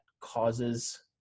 causes